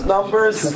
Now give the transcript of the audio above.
Numbers